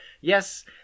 yes